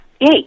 hey